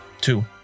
Two